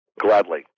Gladly